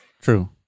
True